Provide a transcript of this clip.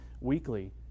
weekly